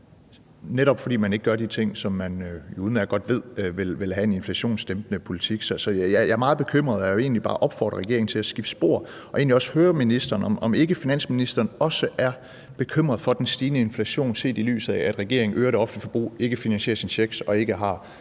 netop fordi man ikke kan gøre de ting, som man udmærket godt ved vil have en inflationsdæmpende effekt. Så jeg er meget bekymret, og jeg vil egentlig bare opfordre regeringen til at skifte spor og egentlig også høre finansministeren, om ikke han også er bekymret for den stigende inflation, set i lyset af at regeringen øger det offentlige forbrug, ikke finansierer sine checks og ikke har